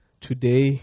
today